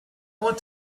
want